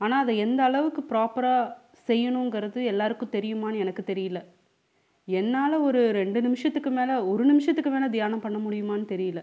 ஆனால் அதை எந்த அளவுக்கு ப்ராப்பராக செய்யணுங்குறது எல்லாருக்கும் தெரியுமான்னு எனக்கு தெரியல என்னால் ஒரு ரெண்டு நிமிஷத்துக்கு மேலே ஒரு நிமிசத்துக்கு மேலே தியானம் பண்ண முடியுமான்னு தெரியல